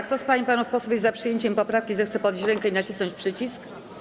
Kto z pań i panów posłów jest za przyjęciem poprawki, zechce podnieść rękę i nacisnąć przycisk.